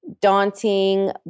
daunting